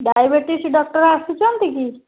diabetics doctor ଆସୁଛନ୍ତି କି